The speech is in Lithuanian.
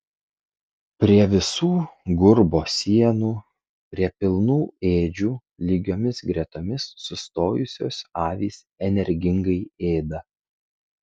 prie visų gurbo sienų prie pilnų ėdžių lygiomis gretomis sustojusios avys energingai ėda